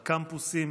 בקמפוסים